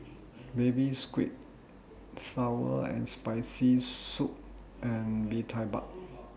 Baby Squid Sour and Spicy Soup and Bee Tai Mak